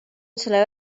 sulle